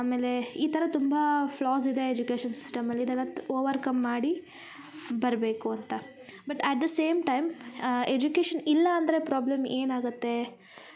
ಆಮೇಲೆ ಈ ಥರ ತುಂಬಾ ಫ್ಲಾಸ್ ಇದೆ ಎಜುಕೇಶನ್ ಸಿಸ್ಟಮ್ ಅಲ್ಲಿ ಇದೆಲ್ಲ ಓವರ್ಕಮ್ ಮಾಡಿ ಬರಬೇಕು ಅಂತ but at the same time education ಇಲ್ಲ ಅಂದರೆ ಪ್ರಾಬ್ಲಮ್ ಏನಾಗತ್ತೆ ಅಂತ ನಾವು ನೋಡುದರೆ